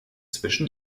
zwischen